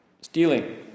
stealing